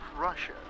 Russia